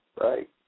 Right